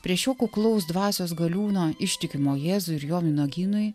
prie šio kuklaus dvasios galiūno ištikimo jėzui ir jo vynuogynui